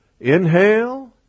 Inhale